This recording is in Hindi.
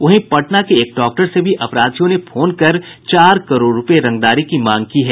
वहीं पटना के एक डाक्टर से भी अपराधियों ने फोन कर चार करोड़ रूपये रंगदारी की मांग की है